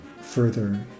further